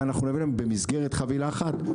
גם את זה אנחנו נביא להם במסגרת חבילה אחת,